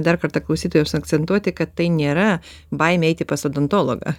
dar kartą klausytojams akcentuoti kad tai nėra baimė eiti pas odontologą